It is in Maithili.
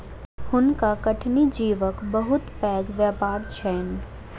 हुनका कठिनी जीवक बहुत पैघ व्यापार छैन